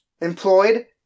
employed